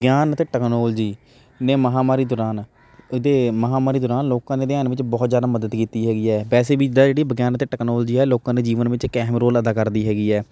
ਗਿਆਨ ਅਤੇ ਟੈਕਨੋਲਜੀ ਨੇ ਮਹਾਂਮਾਰੀ ਦੌਰਾਨ ਇਹਦੇ ਮਹਾਂਮਾਰੀ ਦੌਰਾਨ ਲੋਕਾਂ ਦੇ ਧਿਆਨ ਵਿੱਚ ਬਹੁਤ ਜ਼ਿਆਦਾ ਮਦਦ ਕੀਤੀ ਹੈਗੀ ਹੈ ਵੈਸੇ ਵੀ ਜਿੱਦਾਂ ਜਿਹੜੀ ਵਿਗਿਆਨ ਅਤੇ ਟੈਕਨੋਲਜੀ ਆ ਲੋਕਾਂ ਦੇ ਜੀਵਨ ਵਿੱਚ ਇੱਕ ਅਹਿਮ ਰੋਲ ਅਦਾ ਕਰਦੀ ਹੈਗੀ ਹੈ